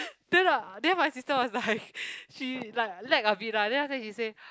then lah then my sister was like she like lag a bit lah then after she said